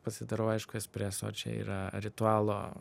pasidarau aišku espreso čia yra ritualo